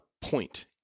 point